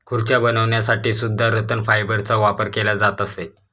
खुर्च्या बनवण्यासाठी सुद्धा रतन फायबरचा वापर केला जात असे